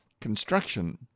Construction